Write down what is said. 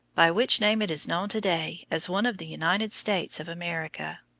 by which name it is known to-day as one of the united states of america.